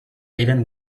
even